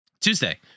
Tuesday